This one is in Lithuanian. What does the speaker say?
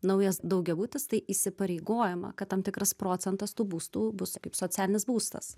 naujas daugiabutis tai įsipareigojama kad tam tikras procentas tų būstų bus kaip socialinis būstas